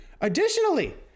Additionally